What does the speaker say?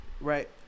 Right